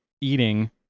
eating